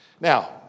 Now